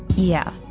yeah.